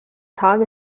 tag